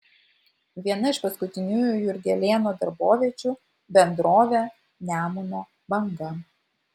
viena iš paskutinių jurgelėno darboviečių bendrovė nemuno banga